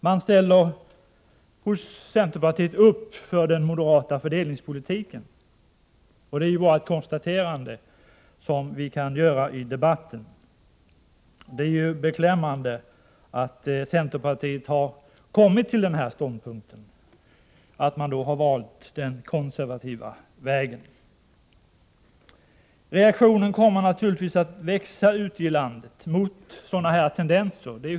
Centerpartiet ställer upp för den moderata fördelningspolitiken. Det är ett konstaterande som vi kan göra i debatten. Det är beklämmande att centerpartiet har intagit denna ståndpunkt, dvs. att man har valt den konservativa vägen. Reaktionerna kommer helt uppenbart att växa ute i landet mot sådana här tendenser.